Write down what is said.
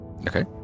Okay